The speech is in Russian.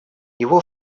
его